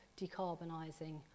decarbonising